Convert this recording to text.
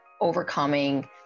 overcoming